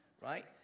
Right